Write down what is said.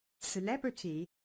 celebrity